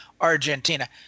Argentina